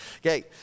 Okay